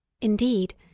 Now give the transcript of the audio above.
Indeed